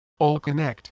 Allconnect